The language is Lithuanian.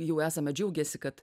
jau esame džiaugęsi kad